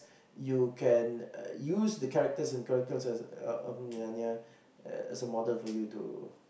you can use the characters in Chronicles-of-Narnia as the model for you to